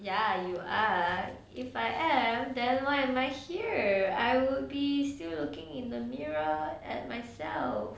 ya you are if I am then why am I here I would be still looking in the mirror at myself